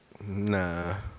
Nah